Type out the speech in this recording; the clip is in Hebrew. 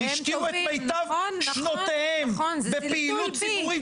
השקיעו את מיטב שנותיהם בפעילות ציבורית